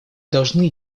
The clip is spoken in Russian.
должны